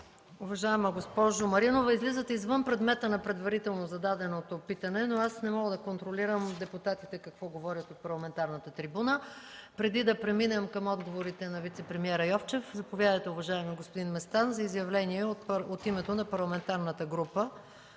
Уважаема госпожо Маринова, излизате извън предмета на предварително зададеното питане, но аз не мога да контролирам какво говорят депутатите от парламентарната трибуна. Преди да преминем към отговорите на вицепремиера Йовчев, заповядайте, господин Местан, за изявление от името на Парламентарната група